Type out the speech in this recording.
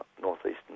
northeastern